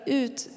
ut